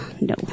No